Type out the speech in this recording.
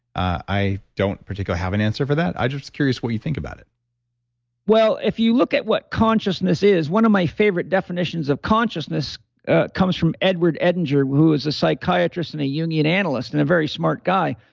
i don't particularly have an answer for that. i'm just curious what you think about it well, if you look at what consciousness is, one of my favorite definitions of consciousness comes from edward edinger, who is a psychiatrist and a union analyst and a very smart guy.